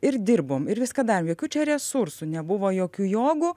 ir dirbom ir viską darėm jokių čia resursų nebuvo jokių jogų